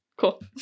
cool